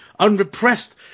Unrepressed